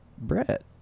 Brett